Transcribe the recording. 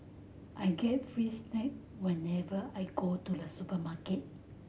I get free snack whenever I go to the supermarket